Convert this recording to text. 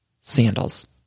sandals